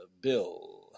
bill